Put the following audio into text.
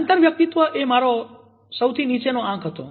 આંતરવ્યક્તિત્વ એ મારો સૌથી નીચેનો આંક હતો